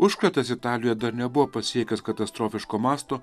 užkratas italijoje dar nebuvo pasiekęs katastrofiško masto